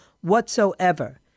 whatsoever